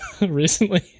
recently